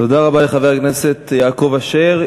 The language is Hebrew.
תודה רבה לחבר הכנסת יעקב אשר.